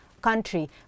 country